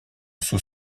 sous